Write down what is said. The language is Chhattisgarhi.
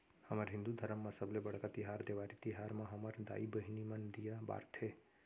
हमर हिंदू धरम म सबले बड़का तिहार देवारी तिहार म हमर दाई बहिनी मन दीया बारथे